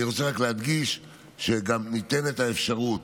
אני רוצה רק להדגיש שגם ניתנת האפשרות